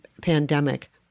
pandemic